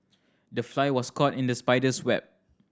the fly was caught in the spider's web